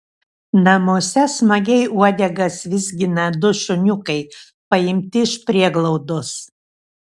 namuose smagiai uodegas vizgina du šuniukai paimti iš prieglaudos